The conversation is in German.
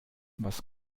was